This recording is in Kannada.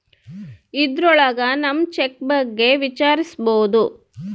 ಇದ್ರೊಳಗ ನಮ್ ಚೆಕ್ ಬಗ್ಗೆ ವಿಚಾರಿಸ್ಬೋದು